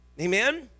Amen